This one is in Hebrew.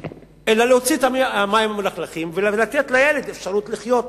אלא להוציא את המים המלוכלכים ולתת לילד אפשרות לחיות.